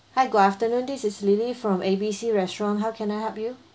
hi good afternoon this is lily from A B C restaurant how can I help you